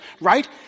right